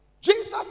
Jesus